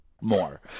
more